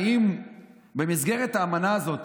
האם במסגרת האמנה הזאת,